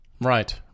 Right